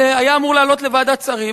היה אמור לעלות לוועדת שרים,